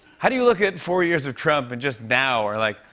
how do you look at four years of trump and just now are like,